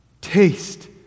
Taste